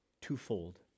twofold